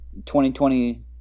2020